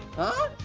huh?